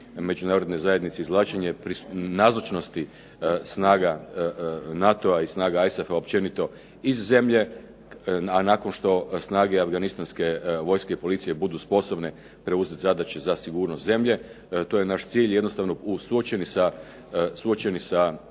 Međunarodne zajednice, izvlačenje nazočnosti snaga NATO-a i ISAF-a općenito iz zemlje, a nakon što snage afganistanske vojske i policije budu sposobne preuzeti zadaće za sigurnost zemlje to je naš cilj i jednostavno suočeni sa